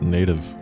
Native